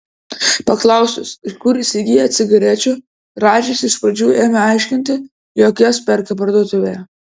paklausus iš kur įsigyja cigarečių radžis iš pradžių ėmė aiškinti jog jas perka parduotuvėje